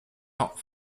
not